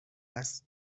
است